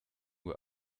uhr